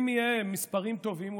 אם יהיו מספרים טובים,